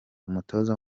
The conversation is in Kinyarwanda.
umutoza